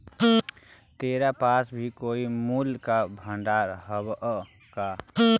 तोरा पास भी कोई मूल्य का भंडार हवअ का